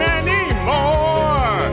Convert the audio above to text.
anymore